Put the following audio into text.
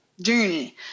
journey